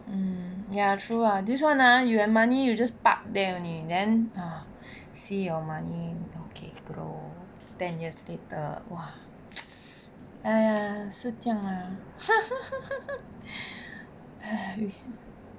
ya true lah this one ah you have money you just park there only then ah see your money keep grow ten years later !wah! !aiya! 是这样 lah